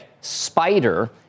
spider